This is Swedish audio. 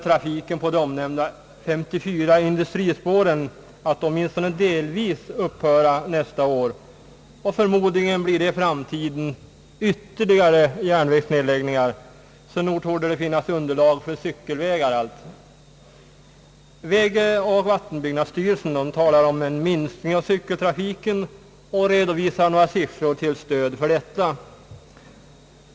Trafiken på de omnämnda 54 industrispåren kommer åtminstone delvis att upphöra nästa år, och förmodligen blir det i framtiden ytterligare järnvägsnedläggningar, så nog torde det finnas underlag för cykelvägar. Vägoch vattenbyggnadsstyrelsen talar om en minskning av cykeltrafiken och redovisar några siffror till stöd för detta.